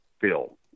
bill